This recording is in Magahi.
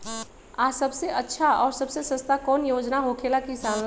आ सबसे अच्छा और सबसे सस्ता कौन योजना होखेला किसान ला?